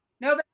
No